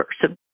person